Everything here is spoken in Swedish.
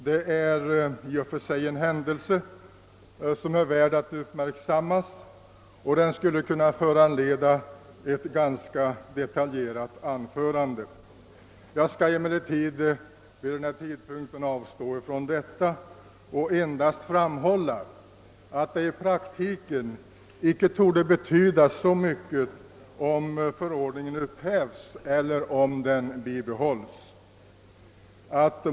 Det är i och för sig en händelse som är värd att uppmärksammas och som skulle kunna föranleda ett ganska detaljerat anförande. Jag skall emellertid vid denna tidpunkt avstå därifrån och endast framhålla, att det i praktiken icke torde betyda så mycket om förordningen upphävs eller om den bibehålls.